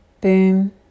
boom